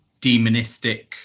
demonistic